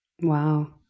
wow